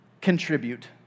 contribute